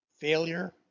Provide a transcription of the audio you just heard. Failure